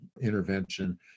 intervention